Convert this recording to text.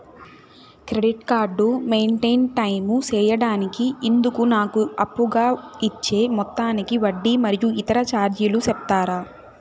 Credit card maintain time సేయడానికి ఇందుకు నాకు అప్పుగా ఇచ్చే మొత్తానికి వడ్డీ మరియు ఇతర చార్జీలు సెప్తారా?